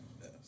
Yes